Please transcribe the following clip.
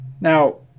Now